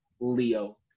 leo